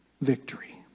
victory